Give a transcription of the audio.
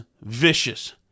vicious